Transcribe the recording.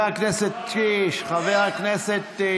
אביר קארה, אביר, המנכ"ל שלך התפטר, לא?